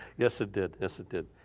yes it did, yes it did.